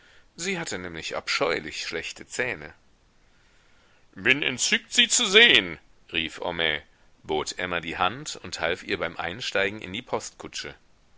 sie hatte nämlich abscheulich schlechte zähne bin entzückt sie zu sehen rief homais bot emma die hand und half ihr beim einsteigen in die postkutsche